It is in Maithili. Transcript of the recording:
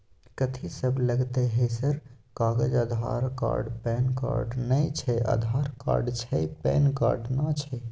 कथि सब लगतै है सर कागज आधार कार्ड पैन कार्ड नए छै आधार कार्ड छै पैन कार्ड ना छै?